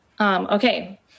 Okay